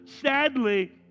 Sadly